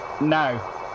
No